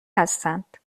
هستند